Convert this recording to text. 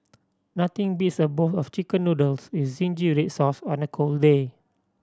nothing beats a bowl of Chicken Noodles with zingy red sauce on a cold day